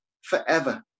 forever